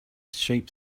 sheep